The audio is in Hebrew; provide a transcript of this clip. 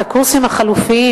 את הקורסים החלופיים,